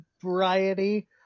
variety